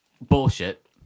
Bullshit